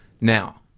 Now